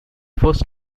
first